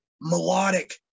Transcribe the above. Melodic